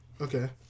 Okay